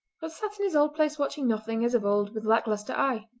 but sat in his old place watching nothing, as of old, with lack-lustre eye.